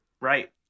Right